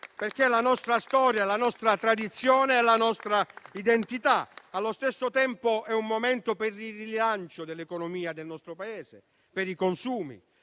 perché è la nostra storia, è la nostra tradizione, è la nostra identità e, allo stesso tempo, è un momento di rilancio dell'economia del nostro Paese, per i consumi